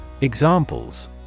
Examples